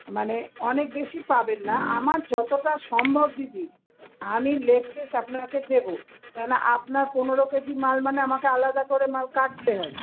মানে অনেক বেশি পাবেন না আমার যতটা সম্ভব দিদি আমি লেগ পিস আপনাকে দেব কেন না আপনার পনেরো কেজি মাল মানে আমাকে আলাদা করে মাল কাটতে হবে